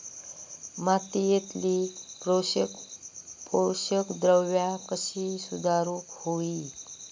मातीयेतली पोषकद्रव्या कशी सुधारुक होई?